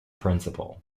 principal